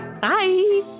Bye